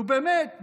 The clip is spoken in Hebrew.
ובאמת,